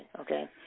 Okay